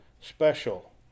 special